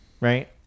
Right